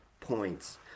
points